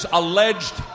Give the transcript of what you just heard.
alleged